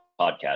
podcast